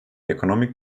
economic